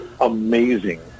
amazing